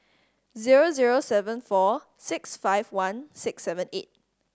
zero zero seven four six five one six seven eight